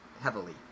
heavily